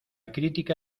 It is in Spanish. crítica